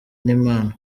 n’impano